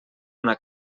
una